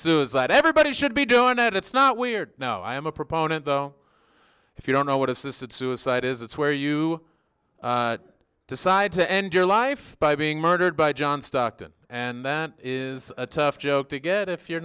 suicide everybody should be doing that it's not weird now i am a proponent though if you don't know what assisted suicide is it's where you decide to end your life by being murdered by john stockton and that is a tough job to get if you're